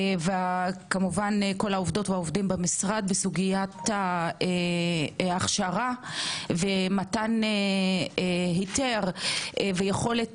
וכמובן כל העובדות והעובדים במשרד בסוגית ההכשרה ומתן היתר ויכולת